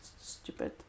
stupid